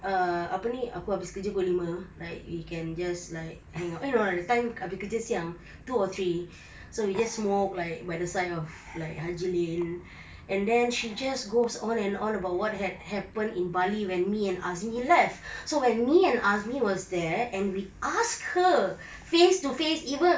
ah apa ni aku habis kerja pukul lima like we can just like hang out eh no that time habis kerja siang two or three so we just smoke like by the side of like haji lane and then she just goes on and on about what had happened in bali when me and azmi left so when me and azmi was there and we asked her face to face even